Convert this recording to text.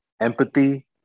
empathy